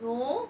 no